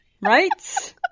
Right